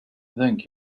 thank